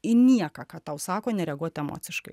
į nieką ką tau sako nereaguoti emociškai